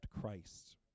Christ